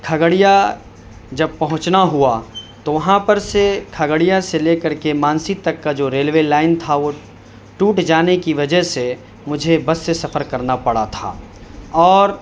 کھگڑیا جب پہنچنا ہوا تو وہاں پر سے کھگڑیا سے لے کر کے مانسی تک کا جو ریلوے لائن تھا وہ ٹوٹ جانے کی وجہ سے مجھے بس سے سفر کرنا پڑا تھا اور